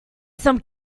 some